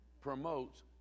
promotes